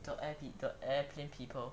the air the airplane people